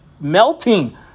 melting